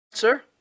sir